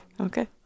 Okay